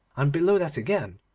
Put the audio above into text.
and below that again,